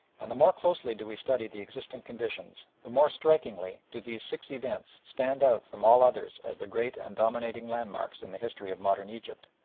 and the more closely do we study the existing conditions, the more strikingly do these six events stand out from all others as the great and dominating landmarks in the history of modern egypt.